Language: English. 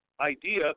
idea